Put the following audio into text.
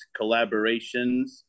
collaborations